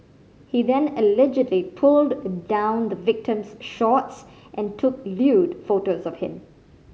he then allegedly pulled down the victim's shorts and took lewd photos of him